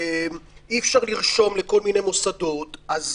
אי-אפשר לרשום לכל מיני מוסדות, אז